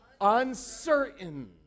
uncertain